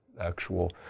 actual